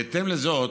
בהתאם לזאת